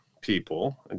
people